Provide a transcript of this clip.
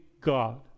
God